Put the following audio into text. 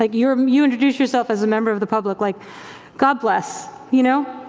like you um you introduce yourself as a member of the public, like god bless. you know